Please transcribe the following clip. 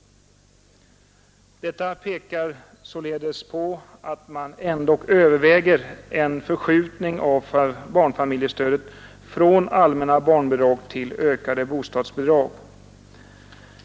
Detta pekar således på att man ändock överväger en förskjutning av barnfamiljestödet från allmänna barnbidrag till ökade bostadsbidrag.